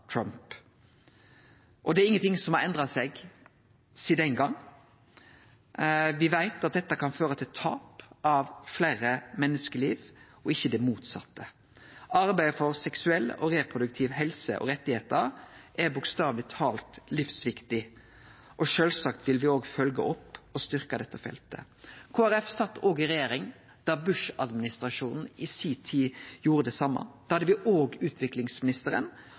Det er ingenting som har endra seg sidan den gongen. Me veit at dette kan føre til tap av fleire menneskeliv – og ikkje det motsette. Arbeidet for seksuell og reproduktiv helse og rettar er bokstaveleg talt livsviktig, og sjølvsagt vil me òg følgje opp og styrkje dette feltet. Kristeleg Folkeparti sat i regjering òg da Bush-administrasjonen i si tid gjorde det same. Da hadde me òg utviklingsministeren,